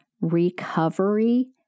recovery